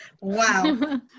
Wow